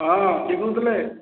ହଁ କିଏ କହୁଥିଲେ